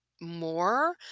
more